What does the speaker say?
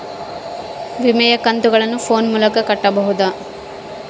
ವಿಮೆಯ ಕಂತುಗಳನ್ನ ಫೋನ್ ಮೂಲಕ ಕಟ್ಟಬಹುದಾ?